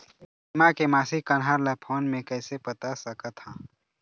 बीमा के मासिक कन्हार ला फ़ोन मे कइसे पता सकत ह?